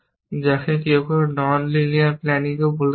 যাকে কেউ কেউ নন লিনিয়ার প্ল্যানিং বলে থাকেন